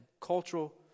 cultural